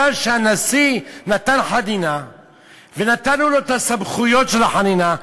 שהנשיא נתן חנינה ונתנו לנו את הסמכויות של החנינה,